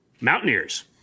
Mountaineers